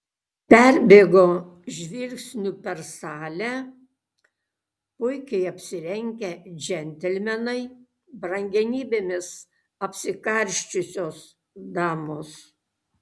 perbėgo žvilgsniu per salę puikiai apsirengę džentelmenai brangenybėmis apsikarsčiusios damos